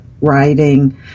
writing